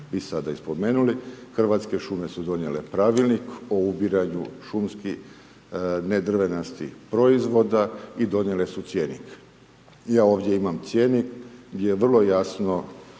i sada i spomenuli. Hrvatske šume su donijele Pravilnik o ubiranju šumski nedrvenastih proizvoda i donijele su cjenik. Ja ovdje imam cjenik gdje je vrlo jasno